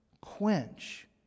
quench